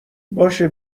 باشه